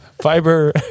fiber